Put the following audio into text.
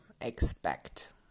expect